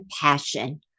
passion